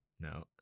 No